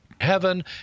heaven